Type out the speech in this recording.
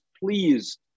please